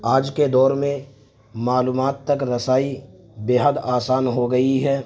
آج کے دور میں معلومات تک رسائی بے حد آسان ہو گئی ہے